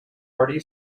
hearty